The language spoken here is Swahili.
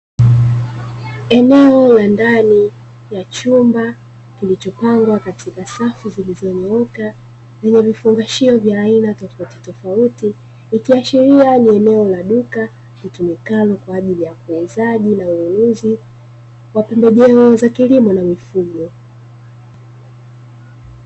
Eneo la ndani ya chumba kilichopangwa katika safu zilizonyooka zenye vifungashio vya aina tofautitofauti, ikiashiria ni eneo la duka litumikalo kwa ajili ya uuzaji na ununuzi wa pembejeo za kilimo na mifugo.